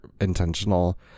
intentional